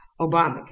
Obamacare